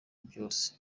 byose